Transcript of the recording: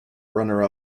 runner